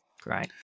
Great